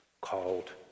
called